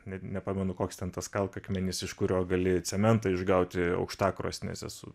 net nepamenu koks ten tas kalkakmenis iš kurio gali cementą išgauti aukštakrosnėse su